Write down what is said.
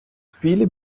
viele